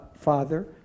Father